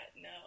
no